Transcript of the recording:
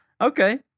Okay